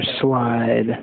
slide